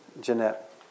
Jeanette